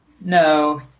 No